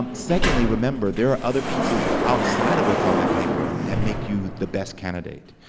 secondly, remember there are other pieces outside of what's on that paper that make you the best candidate.